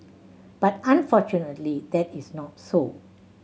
but unfortunately that is not so